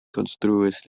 konstruis